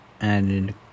added